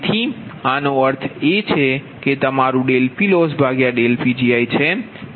તેથી આનો અર્થ એ કે આ તમારુંPLossPgiછે